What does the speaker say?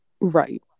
right